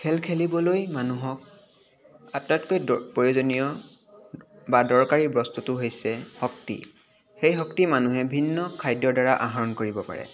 খেল খেলিবলৈ মানুহক আটাইতকৈ দ প্ৰয়োজনীয় বা দৰকাৰী বস্তুটো হৈছে শক্তি সেই শক্তি মানুহে ভিন্ন খাদ্যৰ দ্বাৰা আহৰণ কৰিব পাৰে